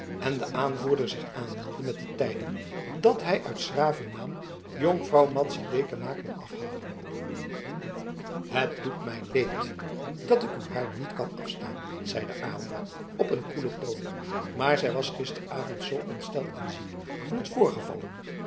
en de aanvoerder zich aanmeldde met de tijding dat hij uit s graven naam jonkvrouw madzy dekama kwam afhalen het doet mij leed dat ik u haar niet kan afstaan zeide aylva on een koelen toon maar zij was gisteravond zoo ontsteld en ziek van het voorgevallene